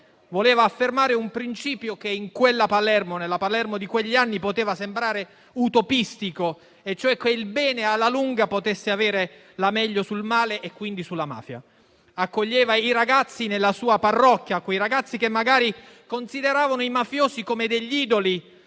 Voleva affermare un principio che nella Palermo di quegli anni poteva sembrare utopistico e cioè che il bene, alla lunga, potesse avere la meglio sul male e quindi sulla mafia. Accoglieva i ragazzi nella sua parrocchia, quei ragazzi che magari consideravano i mafiosi come degli idoli